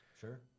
sure